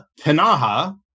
Panaha